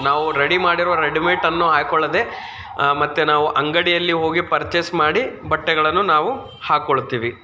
ನಾವು ರೆಡಿ ಮಾಡಿರುವ ರೆಡಿಮೇಡನ್ನು ಹಾಕ್ಕೊಳ್ಳದೆ ಮತ್ತು ನಾವು ಅಂಗಡಿಯಲ್ಲಿ ಹೋಗಿ ಪರ್ಚೇಸ್ ಮಾಡಿ ಬಟ್ಟೆಗಳನ್ನು ನಾವು ಹಾಕ್ಕೊಳ್ತೀವಿ